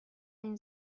این